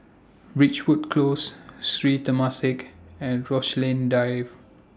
Ridgewood Close Sri Temasek and Rochalie Drive